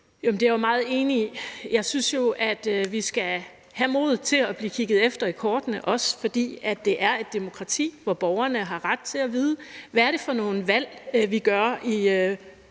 Det er jeg jo meget enig i. Jeg synes jo, at vi skal have modet til at blive kigget efter i kortene, også fordi det er et demokrati, hvor borgerne har ret til at vide, hvad det er for nogle valg, vi gør i